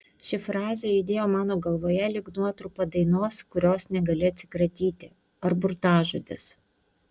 ši frazė aidėjo mano galvoje lyg nuotrupa dainos kurios negali atsikratyti ar burtažodis